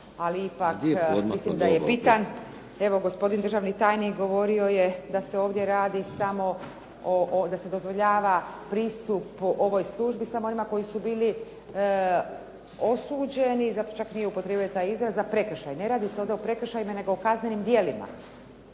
ali ipak mislim da je bitan. Evo, gospodin državni tajnik govorio je da se ovdje radi samo, da se dozvoljava pristup ovoj službi samo onima koji su bili osuđeni, čak nije upotrijebio taj izraz, za prekršaj. Ne radi se ovdje o prekršajima, nego o kaznenim djelima.